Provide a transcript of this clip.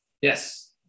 yes